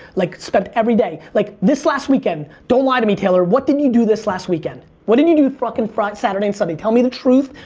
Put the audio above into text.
like spent everyday. like this last weekend. don't like to me, taylor. what did you do this last weekend? what did you do fucking saturday and sunday? tell me the truth.